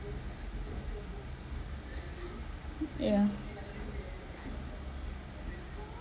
yeah